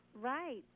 Right